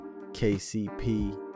KCP